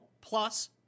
plus